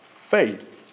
faith